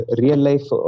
real-life